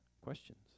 Questions